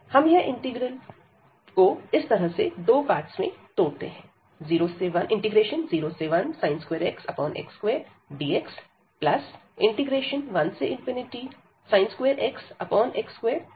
हम इंटीग्रल को इस तरह से दो पार्ट्स में तोड़ते हैं 01sin2x x2dx1sin2x x2dx